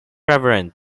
reverend